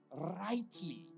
rightly